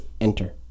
enter